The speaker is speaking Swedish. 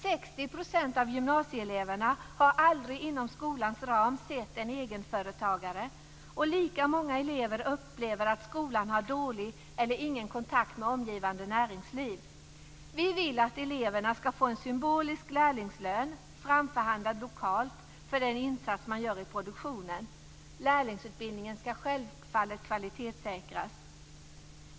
60 % av gymnasieeleverna har aldrig inom skolans ram sett en egenföretagare, och lika många elever upplever att skolan har dålig eller ingen kontakt med omgivande näringsliv. Vi vill att eleverna ska få en symbolisk lärlingslön, framförhandlad lokalt, för den insats de gör i produktionen. Lärlingsutbildningen ska självfallet kvalitetssäkras.